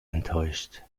enttäuscht